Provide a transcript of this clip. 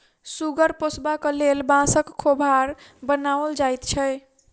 सुगर पोसबाक लेल बाँसक खोभार बनाओल जाइत छै